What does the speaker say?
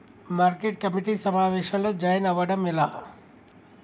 Market committee సమావేశంలో join అవ్వడం ఎలా?